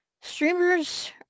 Streamers